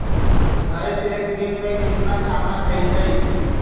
भैंस एक दिन में केतना खाना खैतई?